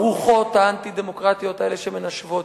הרוחות האנטי-דמוקרטיות האלה שמנשבות,